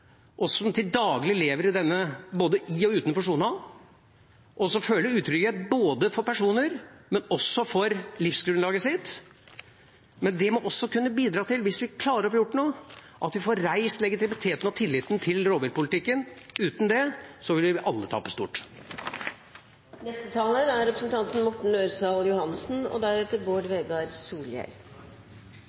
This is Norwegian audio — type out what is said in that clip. oss tvilende til om det i det hele tatt er evne til å gjøre noe nå som bidrar til – og det er viktig – å skape trygghet for mange der ute, som til daglig lever i dette både i og utenfor sona, og som føler utrygghet for personer, men også for livsgrunnlaget sitt. Vi må også kunne bidra til, hvis vi klarer å få gjort noe, å få reist legitimiteten og tilliten til rovviltpolitikken. Uten